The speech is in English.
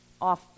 off